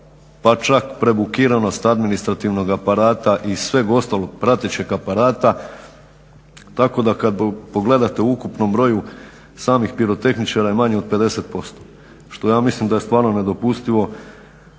pa čak i prebukiranost administrativnog aparata i sveg ostalog pratećeg aparata, tako da kada pogledate u ukupnom broju samih pirotehničara je manje od 50%, što ja mislim da je stvarno nedopustivo.